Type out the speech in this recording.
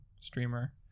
streamer